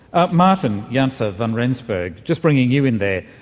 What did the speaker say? ah martin janse ah van rensburg, just bringing you in there,